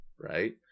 right